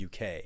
UK